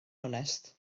onest